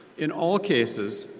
in all cases,